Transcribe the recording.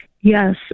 Yes